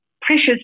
precious